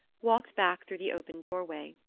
walked back through the open doorway.